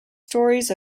stories